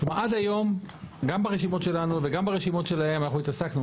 עד היום גם ברשימות שלנו וגם ברשימות שלהם אנחנו התעסקנו,